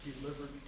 delivered